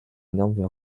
énorme